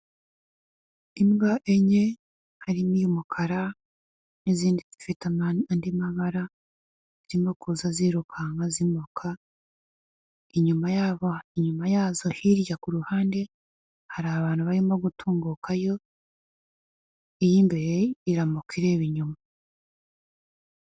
Imbwa enye, harimo iy'umukara n'izindi zifite andi mabara zirimo kuza zirukanka zimoka, inyuma yazo hirya ku ruhande, hari abantu barimo gutungukayo, iy'imbere iramoka ireba inyuma.